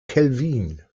kelvin